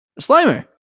Slimer